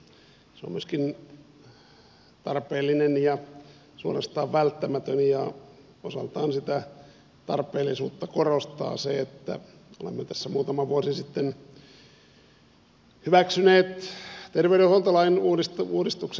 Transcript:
se on myöskin tarpeellinen ja suorastaan välttämätön ja osaltaan sitä tarpeellisuutta korostaa se että olemme muutama vuosi sitten hyväksyneet terveydenhuoltolain uudistuksen